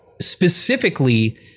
specifically